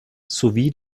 sowie